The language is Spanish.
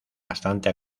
bastante